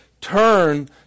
turn